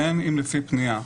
בין אם לפי פנייה,